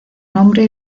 nombre